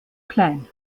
klein